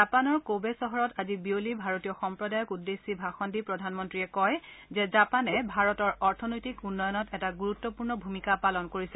জাপানত ক'বে চহৰত আজি বিয়লি ভাৰতীয় সম্প্ৰদায়ক উদ্দেশ্যি ভাষণ দি প্ৰধানমন্ত্ৰীয়ে কয় যে জাপানে ভাৰতৰ অৰ্থনৈতিক উন্নয়নত এটা গুৰুত্বপূৰ্ণ ভূমিকা পালন কৰিছে